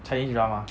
chinese drama